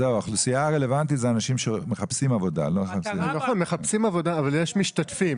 נכון, שמחפשים עבודה, אבל יש משתתפים.